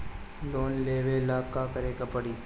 Loan लेवे ला का करे के पड़ी?